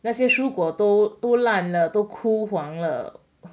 那些蔬果都都烂了都枯黄了